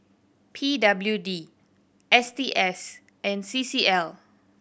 P W D S T S and C C L